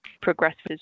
progresses